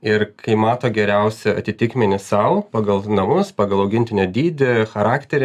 ir kai mato geriausią atitikmenį sau pagal namus pagal augintinio dydį charakterį